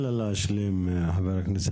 מנהלת קשרי ממשל בעמותת "פתחון לב".